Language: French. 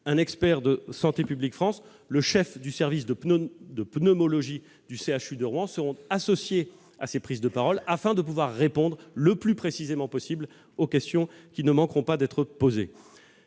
un expert de Santé publique France et le chef du service de pneumologie du CHU de Rouen seront associés à ses prises de parole, afin de donner les réponses les plus précises possible aux questions qui ne manqueront pas d'être posées.